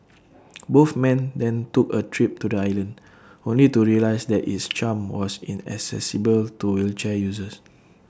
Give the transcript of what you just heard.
both men then took A trip to the island only to realise that its charm was inaccessible to wheelchair users